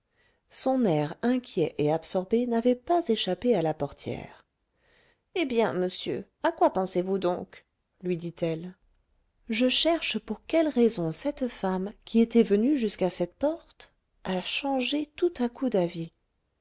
son air inquiet et absorbé n'avait pas échappé à la portière eh bien monsieur à quoi pensez-vous donc lui dit-elle je cherche pour quelle raison cette femme qui était venue jusqu'à cette porte a changé tout à coup d'avis